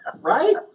Right